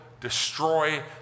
destroy